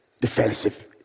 Defensive